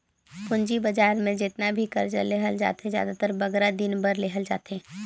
पूंजी बजार में जेतना भी करजा लेहल जाथे, जादातर बगरा दिन बर लेहल जाथे